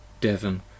Devon